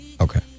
Okay